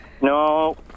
No